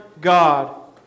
God